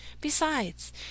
Besides